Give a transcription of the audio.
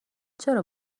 چرا